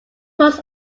puts